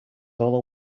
all